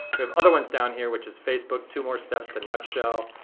we have other ones down here which is facebook, two more steps to nutshell,